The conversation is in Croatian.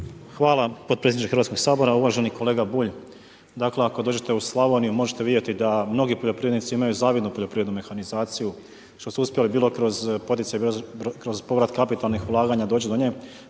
Hvala potpredsjedniče Hrvatskog sabora. Uvaženi kolega Bulj, dakle ako dođete u Slavoniju možete vidjeti da mnogi poljoprivrednici imaju zavidnu poljoprivrednu mehanizaciju što su uspjeli bilo kroz povrat kapitalnih ulaganja doći do nje.